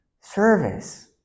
service